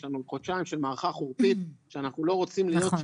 יש לנו עוד חודשיים של מערכה חורפית שאנחנו לא רוצים להיות שם.